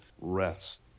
rest